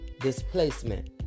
displacement